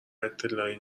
اطلاعی